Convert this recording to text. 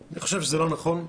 אני חושב שזה לא נכון.